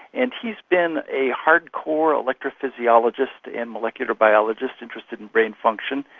and he's been a hard-core electro-physiologist and molecular biologist interested in brain function,